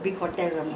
the driver